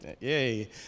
yay